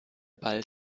ball